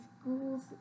schools